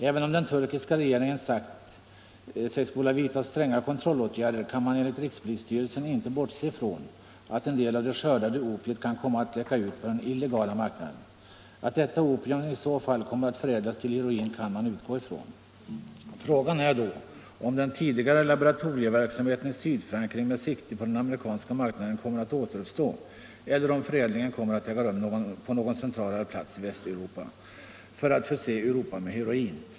Även om den turkiska regeringen sagt sig skola vidta stränga kontrollåtgärder, kan man enligt rikspolisstyrelsen inte bortse från att en del av det skördade opiet kan komma att läcka ut på den illegala marknaden. Att detta opium i så fall kommer att förädlas till heroin kan man utgå ifrån. Frågan är då om den tidigare laboratorieverksamheten i Sydfrankrike med sikte på den amerikanska marknaden kommer att återuppstå eller om förädlingen kommer att äga rum på någon centralare plats i västeuropa för att förse Europa med heroin.